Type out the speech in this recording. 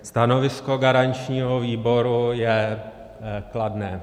Stanovisko garančního výboru je kladné.